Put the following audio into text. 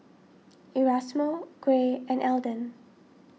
Erasmo Gray and Elden